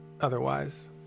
otherwise